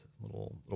little